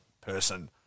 person